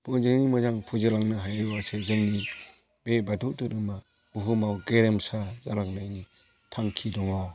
मोजाङै मोजां फुजिलांनो हायोब्लासो जोंनि बे बाथौ धोरोमा बुहुमाव गेरेमसा जालांनायनि थांखि दङ